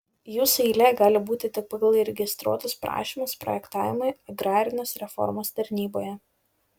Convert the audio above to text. jūsų eilė gali būti tik pagal įregistruotus prašymus projektavimui agrarinės reformos tarnyboje